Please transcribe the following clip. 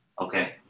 Okay